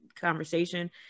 conversation